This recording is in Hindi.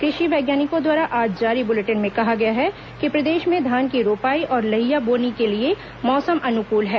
कृषि वैज्ञानिकों द्वारा आज जारी बुलेटिन में कहा गया है कि प्रदेश में धान की रोपाई और लइहा बोनी के लिए मौसम अनुकूल है